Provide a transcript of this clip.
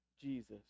Jesus